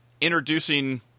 introducing